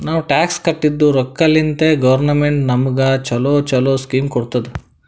ನಾವ್ ಟ್ಯಾಕ್ಸ್ ಕಟ್ಟಿದ್ ರೊಕ್ಕಾಲಿಂತೆ ಗೌರ್ಮೆಂಟ್ ನಮುಗ ಛಲೋ ಛಲೋ ಸ್ಕೀಮ್ ಕೊಡ್ತುದ್